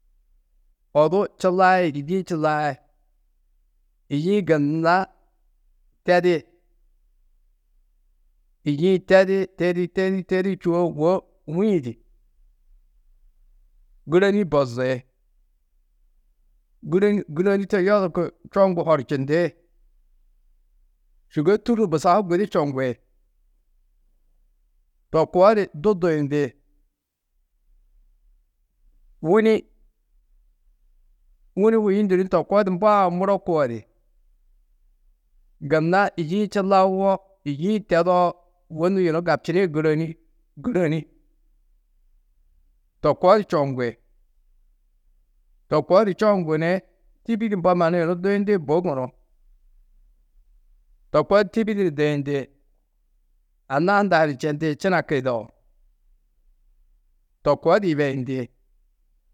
Odu čillai, yî-ĩ čillai, yî-ĩ gunna tedi. Yî-ĩ tedi, tedî, tedî, tedî čûwo, wô hûi-ĩ di gûroni bozi. Gûroni, gûroni to yodurku čongu horčindi sûgoi tûrru busau gudi čongi to koo di du duyindî. Wûni, wûni hûyundu ni to koo di mboã muro koo di, gunna yî-ĩ čillauwo, yî-ĩ tedoo wônnu yunu gabčinĩ gûroni, gûroni to koo di čoŋgi, to koo di čoŋgu ni tîbi du mbo mannu yunu duyundĩ bui gunú. To koo di tîbi du ni duyundi, anna hundã ni čendi činaku yidao, to koo di yibeyindi.